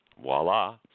voila